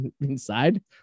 inside